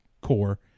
core